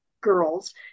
girls